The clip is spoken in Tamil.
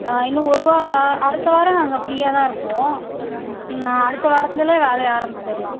ஆ இன்னும் ஒரு வாரோ அடுத்த வாரோம் நாங்கள் ஃபிரீயாதா இருப்போம் நீங்கள் அடுத்த வாரத்துலே வேலையை ஆரம்பிச்சிடலாம்